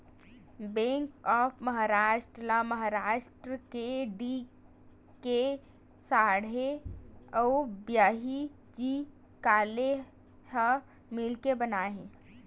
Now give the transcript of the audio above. bank of Maharashtra ल महारास्ट के D K Sathe अउ व्ही.जी काले ह मिलके बनाए हे